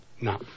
no